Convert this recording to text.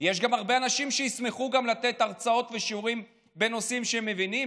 יש גם הרבה אנשים שישמחו לתת הרצאות ושיעורים בנושאים שהם מבינים,